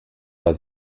war